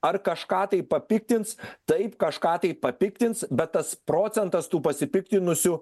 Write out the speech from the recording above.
ar kažką tai papiktins taip kažką tai papiktins bet tas procentas tų pasipiktinusių